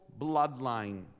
bloodline